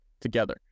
together